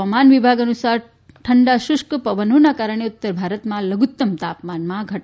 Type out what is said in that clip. હવામાન વિભાગ અનુસાર ઠંડા શુષ્ક પવનોના કારણે ઉત્તરભારતમાં લધુત્તમ તાપમાનમાં ઘટાડો થશે